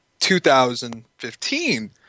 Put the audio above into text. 2015